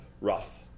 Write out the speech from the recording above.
rough